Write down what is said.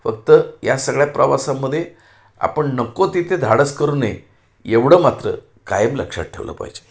फक्त या सगळ्या प्रवासामध्ये आपण नको तिथे धाडस करू नये एवढं मात्र कायम लक्षात ठेवलं पाहिजे